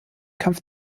kampf